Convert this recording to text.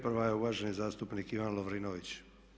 Prva je uvaženi zastupnik Ivan Lovrinović.